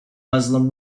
muslim